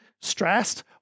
stressed